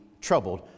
troubled